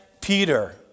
Peter